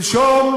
שלשום